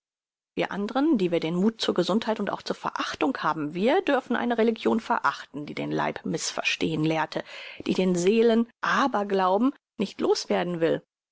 wir anderen die wir den muth zur gesundheit und auch zur verachtung haben wie dürfen wir eine religion verachten die den leib mißverstehen lehrte die den seelenaberglauben nicht loswerden will